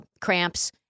cramps